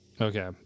okay